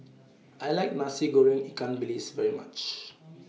I like Nasi Goreng Ikan Bilis very much